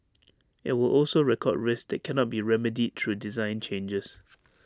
IT will also record risks that cannot be remedied through design changes